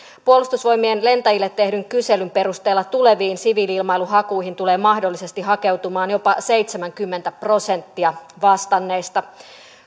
puolustusvoimien lentäjille tehdyn kyselyn perusteella tuleviin siviili ilmailuhakuihin tulee mahdollisesti hakeutumaan jopa seitsemänkymmentä prosenttia vastanneista